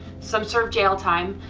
some serve jail time,